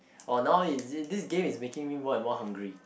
or now is it this game is making me more and more hungry